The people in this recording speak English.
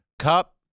Cup